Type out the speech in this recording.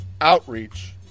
outreach